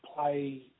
play